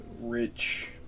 rich